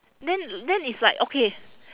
then then is like okay